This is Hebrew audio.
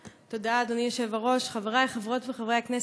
תודה, אדוני היושב-ראש, חברי חברות וחברי הכנסת,